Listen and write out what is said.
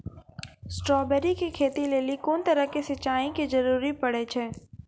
Strawberry के खेती लेली कोंन तरह के सिंचाई के जरूरी पड़े छै?